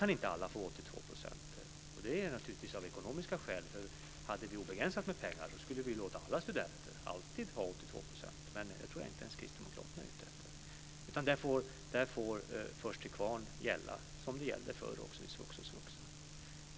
Att inte alla dessa kan få 82 % bidrag är ekonomiskt motiverat. Hade vi obegränsat med pengar skulle vi låta alla studenter alltid få 82 %, men det tror jag att inte ens kristdemokraterna är ute efter. För dessa studerande får först-till-kvarnsystemet gälla, som tidigare var fallet också när det gällde svux och svuxa.